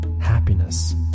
Happiness